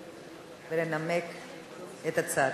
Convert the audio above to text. לעלות ולנמק את הצעתו.